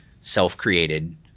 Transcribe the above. self-created